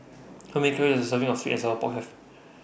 How Many Calories Does A Serving of Sweet and Sour Pork Have